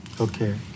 Okay